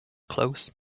close